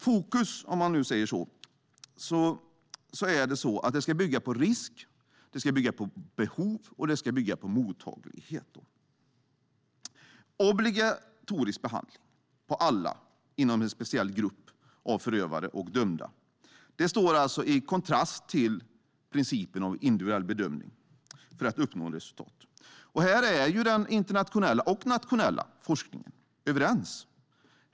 Fokus är att detta ska bygga på risk, behov och mottaglighet. Det är fråga om obligatorisk behandling av alla inom en speciell grupp av förövare och dömda. Det står i kontrast till principen om individuell bedömning för uppnående av ett resultat. Här är den internationella och nationella forskningen överens.